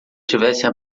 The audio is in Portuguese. tivessem